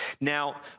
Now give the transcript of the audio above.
Now